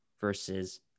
versus